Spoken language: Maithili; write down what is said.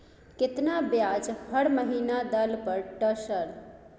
केतना ब्याज हर महीना दल पर ट सर?